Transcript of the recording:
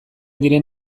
diren